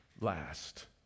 last